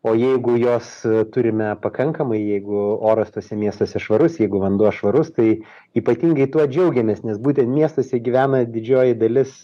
o jeigu jos turime pakankamai jeigu oras tuose miestuose švarus jeigu vanduo švarus tai ypatingai tuo džiaugiamės nes būtent miestuose gyvena didžioji dalis